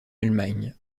allemagne